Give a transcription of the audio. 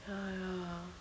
ya ya